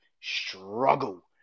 struggle